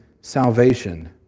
salvation